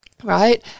Right